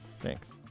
Thanks